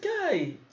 guy